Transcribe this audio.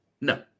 No